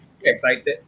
excited